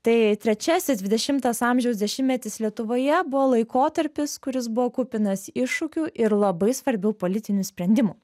tai trečiasis dvidešimtas amžiaus dešimtmetis lietuvoje buvo laikotarpis kuris buvo kupinas iššūkių ir labai svarbių politinių sprendimų